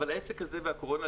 אבל העסק הזה והקורונה,